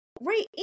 Right